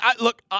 Look